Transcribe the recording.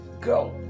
go